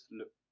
look